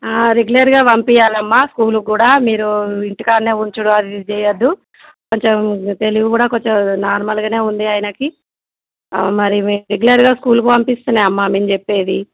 రెగ్యులర్గా పంపించాలమ్మా స్కూల్కి కూడా మీరు ఇంటి కాడే ఉంచడం అది ఏది చెయ్యొద్దు కొంచెం తెలివి కూడా కొంచెం నార్మల్గనే ఉంది ఆయనకి మరి మీరు రెగ్యులర్గా స్కూలుకి పంపిస్తేనే అమ్మా మేము చెప్పేది